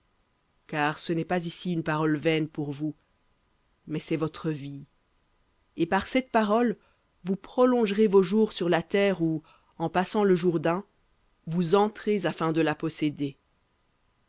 car ce n'est pas ici une parole vaine pour vous mais c'est votre vie et par cette parole vous prolongerez jours sur la terre où en passant le jourdain vous afin de la posséder